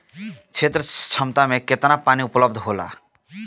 क्षेत्र क्षमता में केतना पानी उपलब्ध होला?